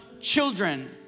children